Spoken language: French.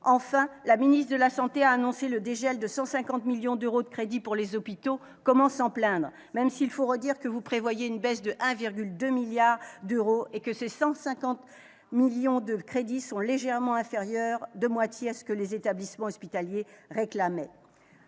solidarités et de la santé a annoncé le dégel de 150 millions d'euros de crédits pour les hôpitaux. Comment s'en plaindre ?, même s'il faut redire que vous prévoyez une baisse de 1,2 milliard d'euros et que le montant de ces crédits est légèrement inférieur- de moitié ! -à ce que les établissements hospitaliers réclamaient.